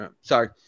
Sorry